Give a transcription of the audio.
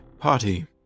party